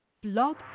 Blog